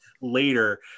later